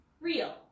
real